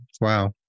Wow